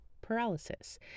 paralysis